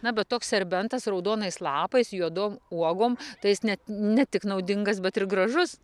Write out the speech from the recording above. na bet toks serbentas raudonais lapais juodom uogom tai jis net ne tik naudingas bet ir gražus